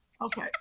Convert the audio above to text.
Okay